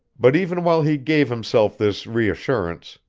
but even while he gave himself this reassurance,